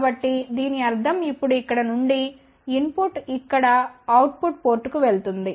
కాబట్టి దీని అర్థం ఇప్పుడు ఇక్కడ నుండి ఇన్ పుట్ ఇక్కడ అవుట్ పుట్ పోర్టుకు వెళుతుంది